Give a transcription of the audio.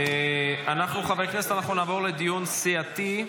אנחנו, חברי הכנסת, נעבור לדיון הסיעתי.